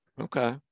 Okay